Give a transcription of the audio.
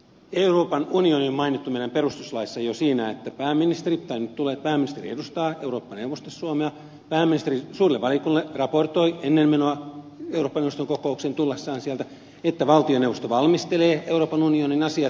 euroopan unioni mainitaan perustuslaissa jo siinä että nyt pääministeri edustaa eurooppa neuvostossa suomea pääministeri raportoi suurelle valiokunnalle ennen menoa eurooppa neuvoston kokoukseen tullessaan sieltä että valtioneuvosto valmistelee euroopan unionin asiat